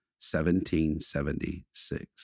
1776